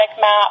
map